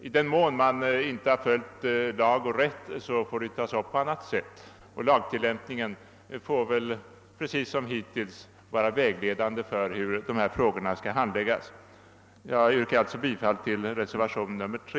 I den mån man inte har följt lag och ordning är det en fråga som får tas upp på annat sätt, och lagtillämpningen får som hittills vara vägledande för hur det ärendet skall handläggas. Jag yrkar alltså bifall till reservationen III.